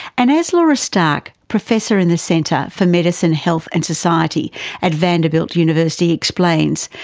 and as laura stark, professor in the centre for medicine, health and society at vanderbilt university explains,